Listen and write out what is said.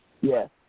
Yes